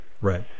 right